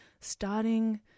starting